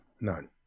None